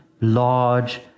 large